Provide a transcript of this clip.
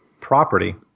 Property